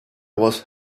was